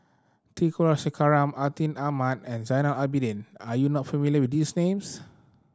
T Kulasekaram Atin Amat and Zainal Abidin are you not familiar with these names